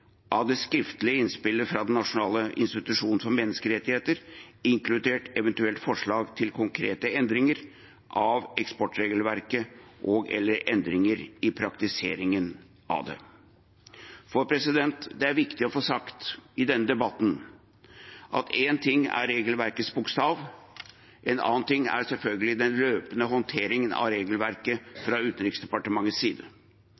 av det skriftlige innspillet fra Norges nasjonale institusjon for menneskerettigheter, eventuelt inkludert forslag til konkrete endringer av eksportregelverket og/eller endringer i praktiseringen av det. Det er viktig å få sagt i denne debatten at én ting er regelverkets bokstav, en annen ting er selvfølgelig den løpende håndteringen av regelverket fra Utenriksdepartementets side.